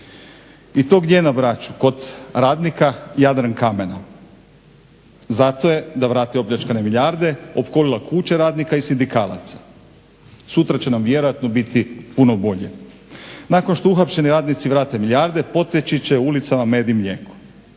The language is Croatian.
I to gdje na Braču? Kod radnika Jadrankamena. Zato je da vrati opljačkane milijarde opkolila kuće radnika i sindikalaca. Sutra će nam vjerojatno biti puno bolje. Nakon što uhapšeni radnici vrate milijarde poteći će ulicama med i mlijeko.